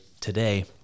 today